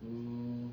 hmm